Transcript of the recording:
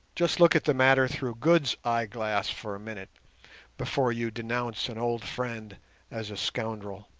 just look at the matter through good's eyeglass for a minute before you denounce an old friend as a scoundrel